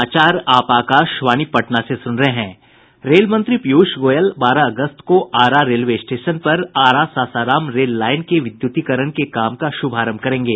rail मंत्री पीयूष गोयल बारह अगस्त को आरा रेलवे स्टेशन पर आरा सासाराम रेललाईन के विद्युतीकरण के काम का शुभारंभ करेंगे